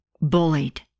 bullied